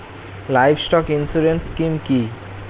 Livestock insurance scheme কি?